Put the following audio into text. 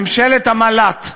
ממשלת המל"ט.